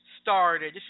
started